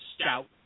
stout